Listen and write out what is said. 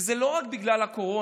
וזה לא רק בגלל הקורונה,